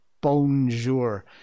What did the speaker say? Bonjour